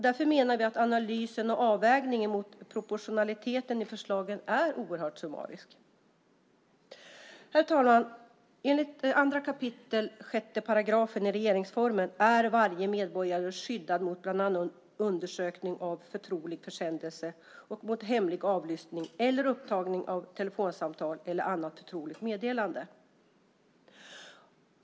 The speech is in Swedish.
Därför menar vi att analysen och avvägningen av proportionaliteten i förslagen är oerhört summarisk. Herr talman! Enligt 2 kap. 6 § i regeringsformen är varje medborgare skyddad mot bland annat undersökning av förtrolig försändelse och mot hemlig avlyssning eller upptagning av telefonsamtal eller annat förtroligt meddelande.